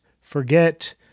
forget